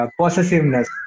possessiveness